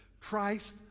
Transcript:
Christ